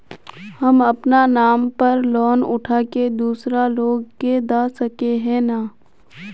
हम अपना नाम पर लोन उठा के दूसरा लोग के दा सके है ने